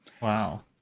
Wow